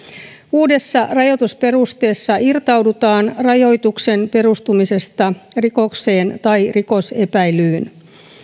uudessa rajoitusperusteessa irtaudutaan rajoituksen perustumisesta rikokseen tai rikosepäilyyn